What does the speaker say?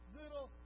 little